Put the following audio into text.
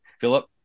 Philip